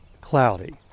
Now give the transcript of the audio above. cloudy